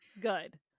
good